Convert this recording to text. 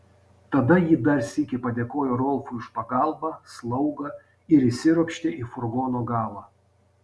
tada ji dar sykį padėkojo rolfui už pagalbą slaugą ir įsiropštė į furgono galą